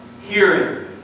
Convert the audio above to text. Hearing